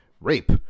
rape